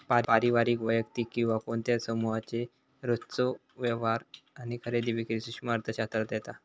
पारिवारिक, वैयक्तिक किंवा कोणत्या समुहाचे रोजचे व्यवहार आणि खरेदी विक्री सूक्ष्म अर्थशास्त्रात येता